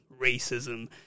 racism